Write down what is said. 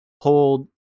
hold